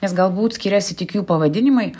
nes galbūt skiriasi tik jų pavadinimai